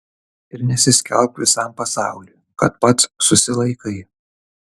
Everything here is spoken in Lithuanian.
ir nesiskelbk visam pasauliui kad pats susilaikai